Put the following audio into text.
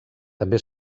també